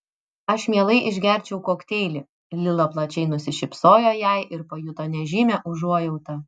aš mielai išgerčiau kokteilį lila plačiai nusišypsojo jai ir pajuto nežymią užuojautą